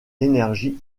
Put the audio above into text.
l’énergie